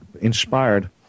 inspired